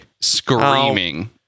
screaming